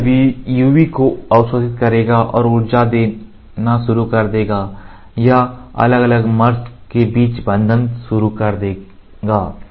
तो यह UV को अवशोषित करेगा और ऊर्जा देना शुरू कर देगा या अलग अलग मर्स के बीच बंधन शुरू कर देगा